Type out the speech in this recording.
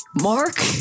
Mark